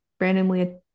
randomly